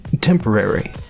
temporary